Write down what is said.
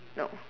no